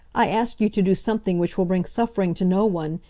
i ask you to do something which will bring suffering to no one,